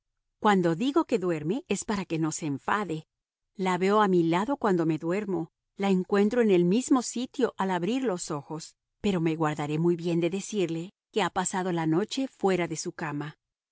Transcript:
cuando digo que duerme es para que no se enfade la veo a mi lado cuando me duermo la encuentro en el mismo sitio al abrir los ojos pero me guardaré muy bien de decirle que ha pasado la noche fuera de su cama